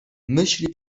myśli